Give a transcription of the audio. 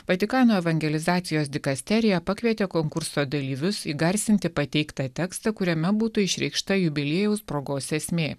vatikano evangelizacijos dikasterija pakvietė konkurso dalyvius įgarsinti pateiktą tekstą kuriame būtų išreikšta jubiliejaus progos esmė